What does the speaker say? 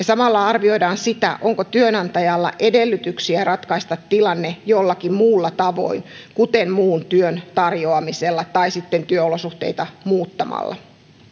samalla arvioidaan sitä onko työnantajalla edellytyksiä ratkaista tilanne jollakin muulla tavoin kuten muun työn tarjoamisella tai sitten työolosuhteita muuttamalla